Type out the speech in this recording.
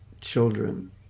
children